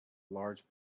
large